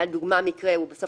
היה מקרה --- אה,